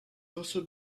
also